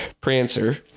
Prancer